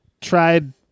tried